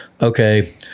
okay